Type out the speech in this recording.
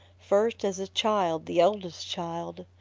first as a child, the oldest child.